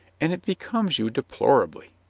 and it becomes you deplorably.